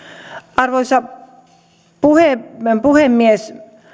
arvoisa puhemies puhemies